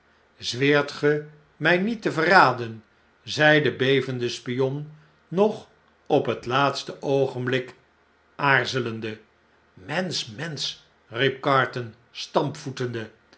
zweert ge mjj niet te verraden zei de bevende spion nog op het laatste oogenblik aarzelend'e mensch mensch riep carton